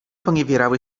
poniewierały